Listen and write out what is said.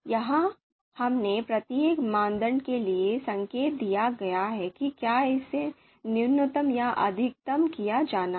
यहां हमने प्रत्येक मानदंड के लिए संकेत दिया है कि क्या इसे न्यूनतम या अधिकतम किया जाना है